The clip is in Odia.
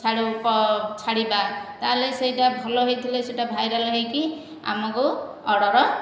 ଛାଡ଼ୁ ଛାଡ଼ିବା ତା'ହେଲେ ସେ'ଟା ଭଲ ହେଇଥିଲେ ସେ'ଟା ଭାଇରାଲ ହୋଇକି ଆମକୁ ଅର୍ଡ଼ର